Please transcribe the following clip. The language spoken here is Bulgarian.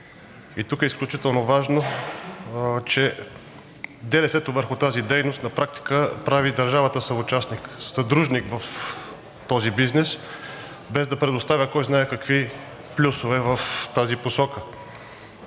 тук е изключително важно, че ДДС върху тази дейност на практика прави държавата съдружник в този бизнес, без да предоставя кой знае какви плюсове в тази посока.